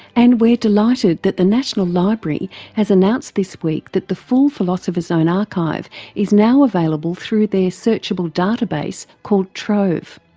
and we're delighted that the national library has announced this week that the full philosopher's zone archive is now available through their searchable data base called trove.